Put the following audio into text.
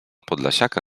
podlasiaka